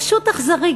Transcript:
פשוט אכזרי.